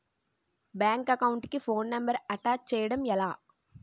Bank account కి phone number attach చేయడం ఎలా?